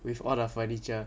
with all the furniture